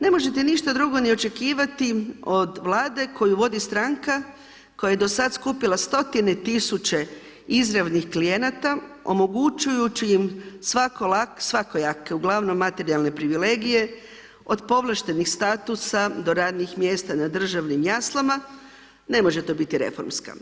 Ne možete ništa drugo ni očekivati od Vlade koju vodi stranka koja je do sad skupila stotine tisuća izravnih klijenata omogućujući im svakojake uglavnom materijalne privilegije, od povlaštenih statusa do radnih mjestima na državnim jaslama, ne može to biti reformska.